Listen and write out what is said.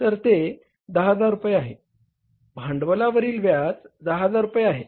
तर ते 10000 रुपये आहे भांडवलावरील व्याज 10000 रुपये आहे